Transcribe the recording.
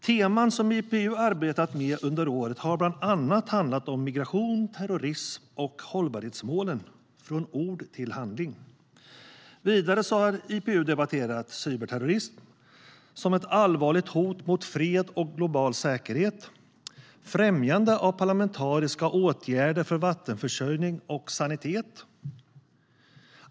Teman som IPU arbetat med under året har bland annat handlat om migration, terrorism och hållbarhetsmålen - från ord till handling. Vidare har IPU debatterat cyberterrorism som ett allvarligt hot mot fred och global säkerhet samt främjande av parlamentariska åtgärder för vattenförsörjning och sanitet.